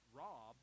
rob